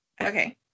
Okay